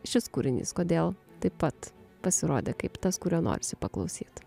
šis kūrinys kodėl taip pat pasirodė kaip tas kurio norisi paklausyt